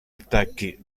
attacchi